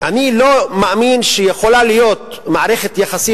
אני לא מאמין שיכולה להיות מערכת יחסים